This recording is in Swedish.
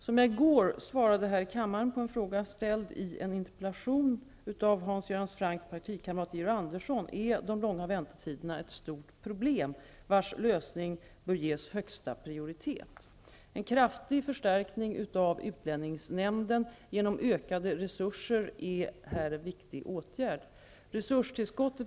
Som jag i går svarade här i kammaren på en fråga ställd i en interpellation av Hans Göran Francks partikamrat Georg Andersson, är de långa väntetiderna ett stort problem vars lösning bör ges högsta prioritet. En kraftig förstärkning av utlänningsnämnden genom ökade resurser är här en viktig åtgärd.